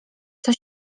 coś